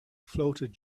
floated